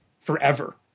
forever